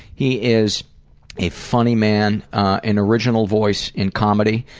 he is a funny man, an original voice in comedy.